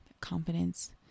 confidence